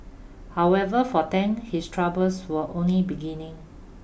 however for Tang his troubles were only beginning